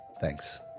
Thanks